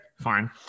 fine